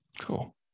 Cool